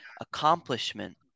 accomplishment